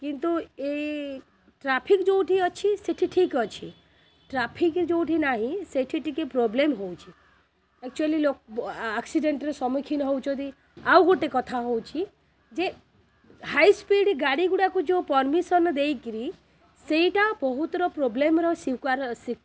କିନ୍ତୁ ଏଇ ଟ୍ରାଫିକ୍ ଯେଉଁଠି ଅଛି ସେଠି ଠିକ୍ ଅଛି ଟ୍ରାଫିକ୍ ଯେଉଁଠି ନାହିଁ ସେଇଠି ଟିକେ ପ୍ରୋବ୍ଲେମ୍ ହେଉଛି ଆକଚୁଆଲି ଲୋ ଆକ୍ସିଡ଼େଣ୍ଟ୍ରେ ସମ୍ମୁଖୀନ ହେଉଛନ୍ତି ଆଉ ଗୋଟିଏ କଥା ହେଉଛି ଯେ ହାଇସ୍ପିଡ଼୍ ଗାଡ଼ି ଗୁଡ଼ାକୁ ଯେଉଁ ପରମିସନ୍ ଦେଇକରି ସେଇଟା ବହୁତର ପ୍ରୋବ୍ଲେମ୍ର ସ୍ୱୀକାର